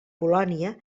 polònia